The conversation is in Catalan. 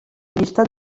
llistat